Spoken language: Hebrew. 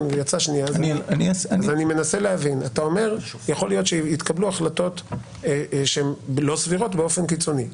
אתה אומר שיכול להיות שיתקבלו החלטות שהן לא סבירות באופן קיצוני.